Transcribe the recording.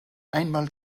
einmal